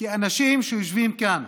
כי אנשים שיושבים כאן